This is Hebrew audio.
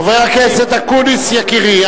חבר הכנסת אקוניס יקירי,